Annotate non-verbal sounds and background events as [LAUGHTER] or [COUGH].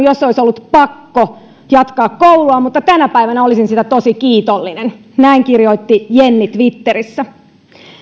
[UNINTELLIGIBLE] jos ois ollu pakko jatkaa koulua mutta tänä päivänä olisin siitä tosi kiitollinen näin kirjoitti jenni twitterissä